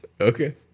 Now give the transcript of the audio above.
Okay